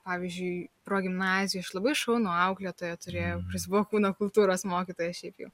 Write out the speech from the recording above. pavyzdžiui progimnazija aš labai šaunų auklėtoją turėjau kuris buvo kūno kultūros mokytojas šiaip jau